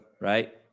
right